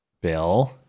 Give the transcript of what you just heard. Bill